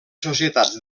societats